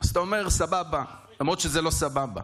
אז אתה אומר: סבבה, למרות שזה לא סבבה.